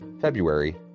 February